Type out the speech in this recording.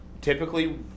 Typically